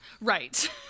Right